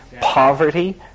poverty